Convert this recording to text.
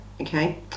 okay